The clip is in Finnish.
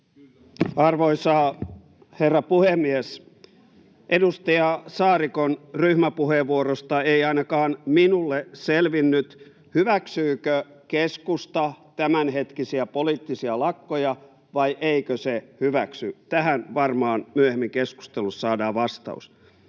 Arvoisa herra puhemies! Edustaja Saarikon ryhmäpuheenvuorosta ei ainakaan minulle selvinnyt, hyväksyykö keskusta tämänhetkisiä poliittisia lakkoja vai eikö se hyväksy. Tähän varmaan myöhemmin keskustelussa saadaan vastaus.